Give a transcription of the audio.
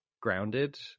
grounded